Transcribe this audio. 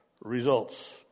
results